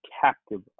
captive